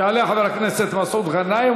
יעלה חבר הכנסת מסעוד גנאים,